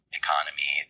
economy